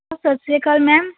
ਸਤਿ ਸ੍ਰੀ ਅਕਾਲ ਮੈਮ